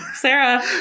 Sarah